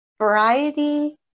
Variety